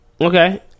Okay